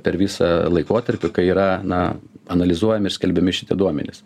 per visą laikotarpį kai yra na analizuojami ir skelbiami šitie duomenys